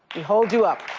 we hold you up.